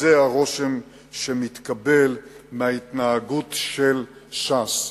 זה הרושם שמתקבל מההתנהגות של ש"ס.